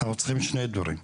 אנחנו צריכים שני דברים: